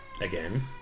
again